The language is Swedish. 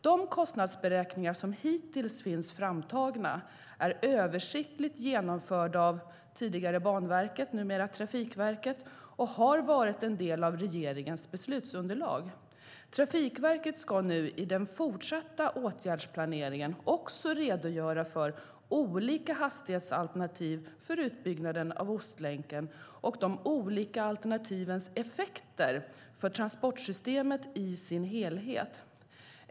De kostnadsberäkningar som hittills finns framtagna är översiktligt genomförda av det tidigare Banverket, numera Trafikverket, och har varit en del av regeringens beslutsunderlag. Trafikverket ska nu i den fortsatta åtgärdsplaneringen också redogöra för olika hastighetsalternativ för utbyggnaden av Ostlänken och de olika alternativens effekter för transportsystemet i dess helhet.